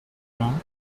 vingt